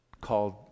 called